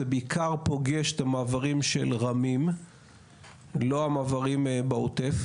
זה בעיקר פוגש את המעברים של רמי"ם ולא המעברים העוטף,